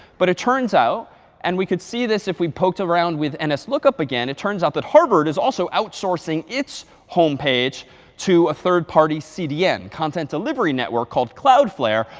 but it turns out and we could see this if we poked around with and nslookup again. it turns out that harvard is also outsourcing its home page to a third party cdn content delivery network called cloudflare,